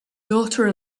daughter